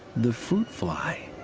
the fruit fly.